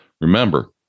Remember